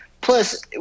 plus